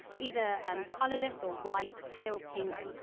either um colourless or white, pale pink,